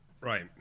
Right